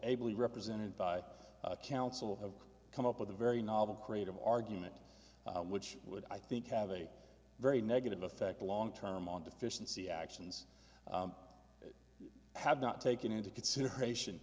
be represented by counsel have come up with a very novel creative argument which would i think have a very negative effect long term on deficiency actions have not taken into consideration